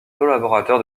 collaborateur